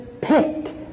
picked